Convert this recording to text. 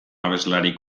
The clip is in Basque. abeslari